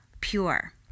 Pure